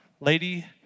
lady